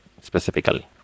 specifically